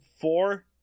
Four